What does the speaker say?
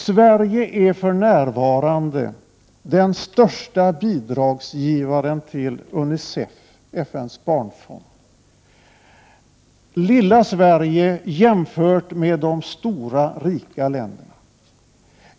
Sverige är för närvarande den största bidragsgivaren till Unicef, FN:s barnfond. Lilla Sverige jämfört med de stora, rika länderna!